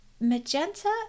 Magenta